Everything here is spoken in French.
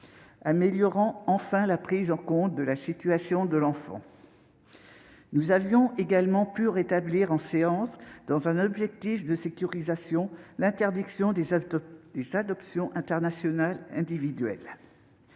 l'amélioration de la prise en compte de la situation de l'enfant. Nous avons également pu rétablir en séance, dans un objectif de sécurisation, l'interdiction des adoptions internationales individuelles.